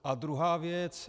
A druhá věc.